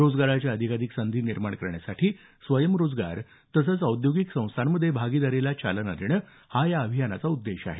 रोजगाराच्या अधिकाधिक संधी निर्माण करण्यासाठी स्वयंरोजगार तसंच औद्योगिक संस्थांमध्ये भागीदारीला चालना देणं हा या अभियानाचा उद्देश आहे